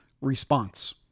response